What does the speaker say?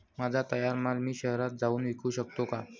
माझा तयार माल मी शहरात जाऊन विकू शकतो का?